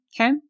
Okay